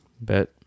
Bet